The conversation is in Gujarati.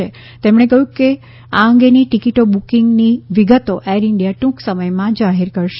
શ્રી પુરીએ કહ્યું કે અંગેની ટિકિટો બુકિંગની વિગતો એર ઈન્ડિયા ટ્રંક સમયમાં જાહેર કરશે